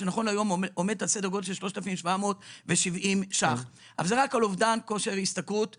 שנכון להיות עומדת על סדר גודל של 3,770 שקל לאובדן כושר השתכרות מלא.